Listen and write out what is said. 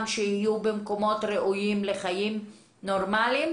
שיהיו במקומות ראויים לחיים נורמליים,